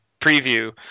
preview